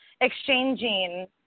exchanging